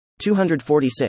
246